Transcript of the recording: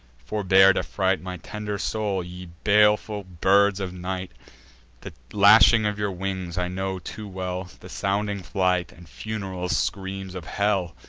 forbear to fright my tender soul, ye baleful birds of night the lashing of your wings i know too well, the sounding flight, and fun'ral screams of hell!